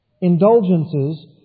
indulgences